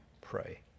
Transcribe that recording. pray